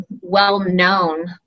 well-known